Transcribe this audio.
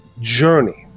journey